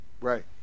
Right